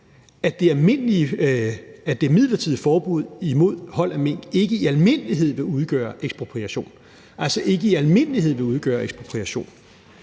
at det midlertidige forbud mod hold af mink ikke i almindelighed vil udgøre ekspropriation – altså at det ikke i almindelighed vil udgøre ekspropriation.